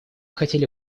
хотели